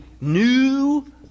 new